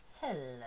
Hello